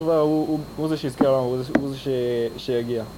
הוא זה שיזכה לנו, הוא זה שיגיע